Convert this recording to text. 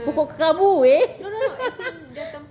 pokok kekabu weh